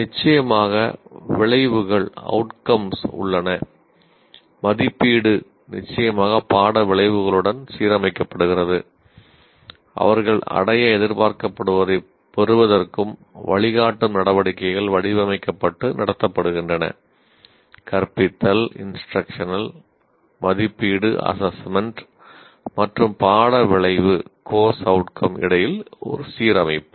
நிச்சயமாக விளைவுகள் இடையில் சீரமைப்பு